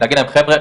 להגיד להם חבר'ה,